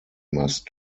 must